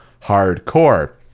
hardcore